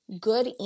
good